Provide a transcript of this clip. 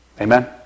Amen